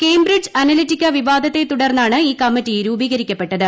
Cambridge Analytica വിവാദത്തെ് തുടർന്നാണ് ഈ കമ്മറ്റി രൂപീകരിക്കപ്പെട്ടത്